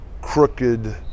crooked